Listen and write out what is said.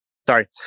Sorry